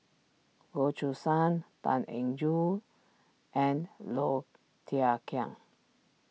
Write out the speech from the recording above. Goh Choo San Tan Eng Yoon and Low Thia Khiang